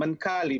המנכ"לים,